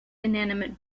inanimate